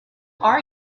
are